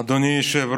הייתה